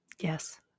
yes